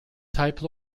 type